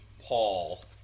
Paul